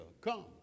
come